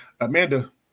Amanda